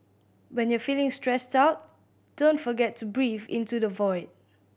when you are feeling stressed out don't forget to breathe into the void